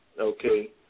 Okay